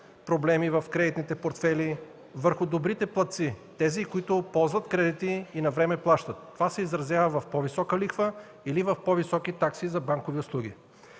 проблеми в кредитните портфейли върху добрите платци – тези, които ползват кредити и навреме плащат. Това се изразява в по-висока лихва или в по-високи такси за банкови услуги.